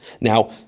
Now